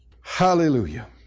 Hallelujah